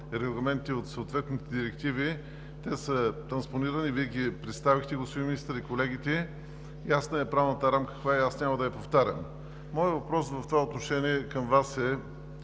регламентите от съответните директиви те са транспонирани, Вие ги представихте, господин Министър, и колегите. Ясно е каква е правната рамка и аз няма да я повтарям. Моят въпрос в това отношение към Вас е: